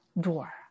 door